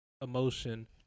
emotion